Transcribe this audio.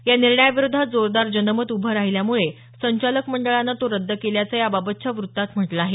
या निर्णयाविरोधात जोरदार जनमत उभं राहिल्यामुळे संचालक मंडळानं तो रद्द केल्याचं याबाबतच्या वृत्तात म्हटलं आहे